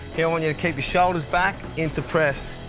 here i want you to keep your shoulders back into press.